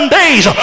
days